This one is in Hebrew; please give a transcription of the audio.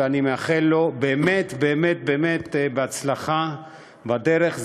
ואני מאחל לו באמת באמת באמת הצלחה בדרך.